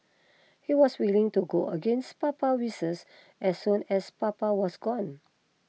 he was willing to go against Papa's wishes as soon as Papa was gone